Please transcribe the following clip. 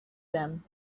them